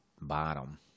bottom